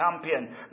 champion